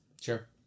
Sure